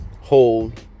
hold